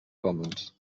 commons